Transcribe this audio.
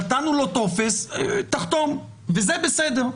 נתנו לו טופס: תחתום וזה בסדר.